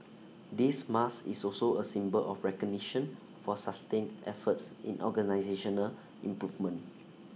this mark is also A symbol of recognition for sustained efforts in organisational improvement